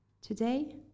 Today